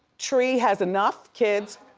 tree has enough kids.